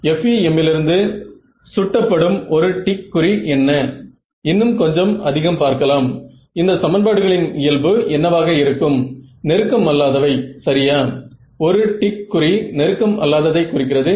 அது 75 லிருந்து 80 ஓம்ஸ்க்கு அருகில் இருக்கிறது